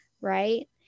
Right